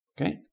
Okay